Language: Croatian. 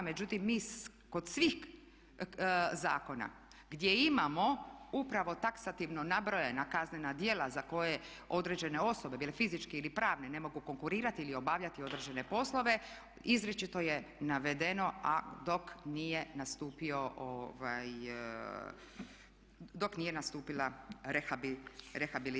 Međutim, mi kod svih zakona gdje imam upravo taksativno nabrojena kaznena djela za koje određene osobe bile fizički ili pravne ne mogu konkurirati ili obavljati određene poslove izričito je navedeno, a dok nije nastupila rehabilitacija.